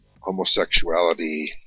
homosexuality